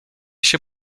się